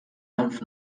lymph